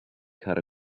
cut